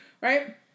right